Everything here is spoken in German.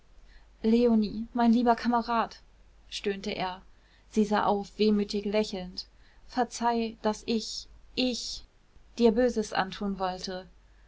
leonie mein lieber kamerad stöhnte er sie sah auf wehmütig lächelnd verzeih daß ich ich dir böses antun wollte